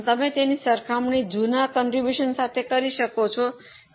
તમે તેની સરખામણી જૂના ફાળો સાથે કરી શકો છો જે 210000 હતું